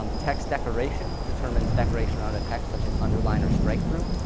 um text decoration determines decoration around a text such as underline or strike through,